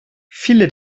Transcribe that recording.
viele